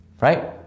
Right